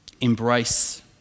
Embrace